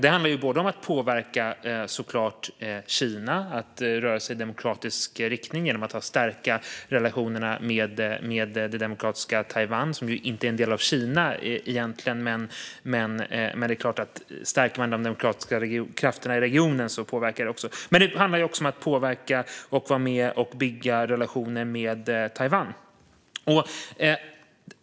Det handlar såklart om att påverka Kina att röra sig i demokratisk riktning genom att stärka relationerna med det demokratiska Taiwan. Taiwan är egentligen inte en del av Kina, men det är klart att om man stärker de demokratiska krafterna i regionen påverkar det också. Det handlar också om att vara med och bygga relationerna med Taiwan.